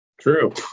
True